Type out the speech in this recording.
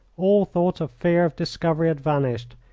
all thought of fear of discovery had vanished.